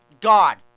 God